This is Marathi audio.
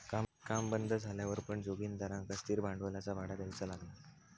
काम बंद झाल्यावर पण जोगिंदरका स्थिर भांडवलाचा भाडा देऊचा लागला